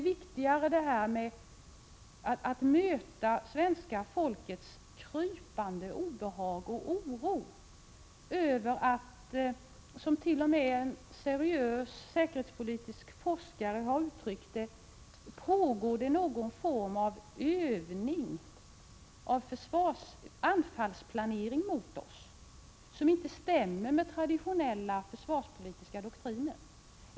Viktigare tycker jag är att möta svenska folkets krypande obehag och oro över att — som t.o.m. en seriös säkerhetspolitisk forskare uttryckte det — det pågår någon form av övning och anfallsplanering mot oss som inte stämmer med traditionella försvarspolitiska doktriner.